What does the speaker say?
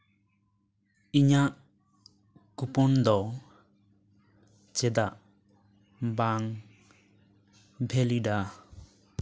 ᱤᱧᱟᱹᱜ ᱠᱩᱯᱚᱱ ᱫᱚ ᱪᱮᱫᱟᱜ ᱵᱟᱝ ᱵᱷᱮᱞᱤᱰᱼᱟ